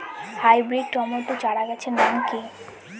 Hybrid tomato চারাগাছের নাম কি?